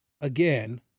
Again